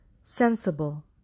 Sensible